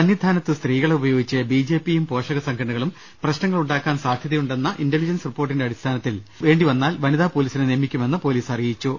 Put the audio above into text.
സന്നിധാനത്ത് സ്ത്രീകളെ ഉപയോഗിച്ച് ബി ജെ പിയും പോഷക സംഘടനകളും പ്രശ്നങ്ങൾ ഉണ്ടാക്കാൻ സാധ്യതയുണ്ടെന്ന ഇന്റ ലിജന്റ് സ് റിപ്പോർട്ടിന്റെ അടിസ്ഥാനത്തിൽ വേണ്ടി വന്നാൽ വനിതാപൊലീസിനെ നിയമിക്കുമെന്ന് പൊലീസ് അറിയിച്ചു